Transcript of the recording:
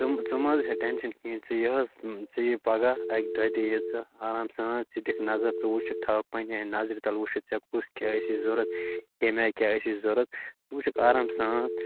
ژٕم ژٕ مہٕ حظ ہےٚ ٹٮ۪نٛشَن کِہیٖنٛۍ ژٕ یہِ حظ ژٕ یہِ پَگاہ اَکہِ دۄیہِ دۅہۍ یہِ ژٕ آرام سان ژٕ دِکھ نظر ژٕ وُچھِتھ تھاوکھ پنٕنہِ آے نظرِ تَل وُچھِتھ ژےٚ کُس کیٛاہ آسی ضروٗرت کَمہِ آے کیٛاہ آسی ضروٗرت ژٕ وُچھَکھ آرام سان